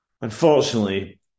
Unfortunately